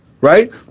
right